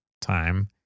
time